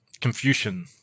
Confucian